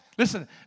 Listen